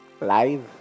live